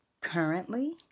Currently